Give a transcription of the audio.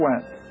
went